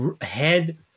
head